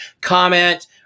comment